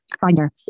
Finder